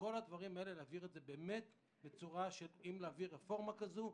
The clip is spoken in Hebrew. כל הדברים האלה אם להעביר רפורמה כזו,